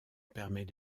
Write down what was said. permet